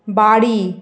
বাড়ি